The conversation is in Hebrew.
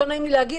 לא נעים לי להגיד,